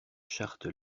charte